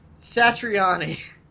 Satriani